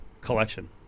collection